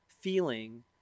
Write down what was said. feeling